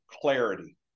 clarity